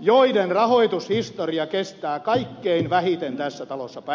joiden rahoitushistoria kestää kaikkein vähiten tässä talossa päivänvaloa